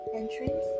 entrance